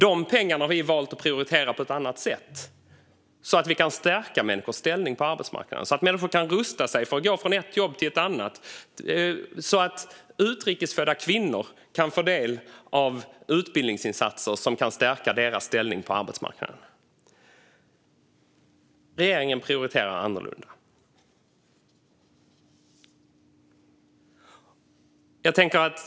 Dessa pengar har vi valt att prioritera på ett annat sätt, så att vi kan stärka människors ställning på arbetsmarknaden, så att människor kan rusta sig för att gå från ett jobb till ett annat och så att utrikesfödda kvinnor kan få del av utbildningsinsatser som kan stärka deras ställning på arbetsmarknaden. Men regeringen prioriterar annorlunda.